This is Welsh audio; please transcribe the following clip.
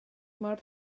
mor